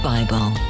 Bible